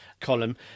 column